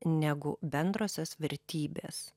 negu bendrosios vertybės